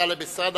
טלב אלסאנע.